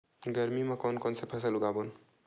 गरमी मा कोन कौन से फसल उगाबोन?